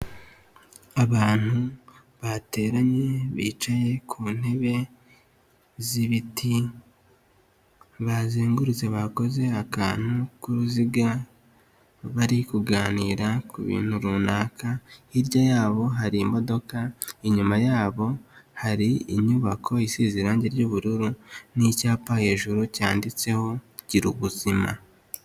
Abantu bateranye bicaye ku ntebe z'ibiti, bazengurutse bakoze akantu k'uruziga, bari kuganira ku bintu runaka, hirya yabo hari imodoka, inyuma yabo hari inyubako isize irangi ry'ubururu n'icyapa hejuru cyanditseho girara ubuzima.